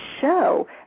show